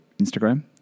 Instagram